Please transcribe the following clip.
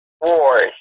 wars